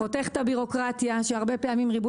חותך את הבירוקרטיה שהרבה פעמים ריבוי